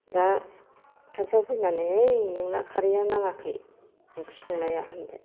दा खाथियाव फैनानै ओइ नोंना खारैआ नाङाखै ओंख्रि संनाया होनबाय